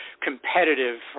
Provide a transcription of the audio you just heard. competitive